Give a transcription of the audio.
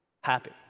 happy